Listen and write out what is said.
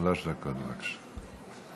שלוש דקות, בבקשה.